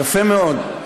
יפה מאוד.